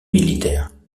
militaire